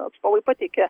atstovai pateikė